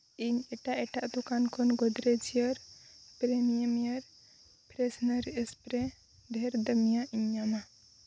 ᱤᱧ ᱮᱴᱟᱜ ᱮᱴᱟᱜ ᱫᱳᱠᱟᱱ ᱠᱷᱚᱱ ᱜᱳᱫᱽᱨᱮᱡᱽ ᱟᱨ ᱯᱨᱤᱢᱤᱭᱟᱢ ᱮᱭᱟᱨ ᱯᱷᱨᱮᱥᱱᱟᱨ ᱮᱥᱯᱨᱮ ᱰᱷᱮᱨ ᱫᱟᱹᱢᱤᱭᱟᱜ ᱤᱧ ᱧᱟᱢᱟ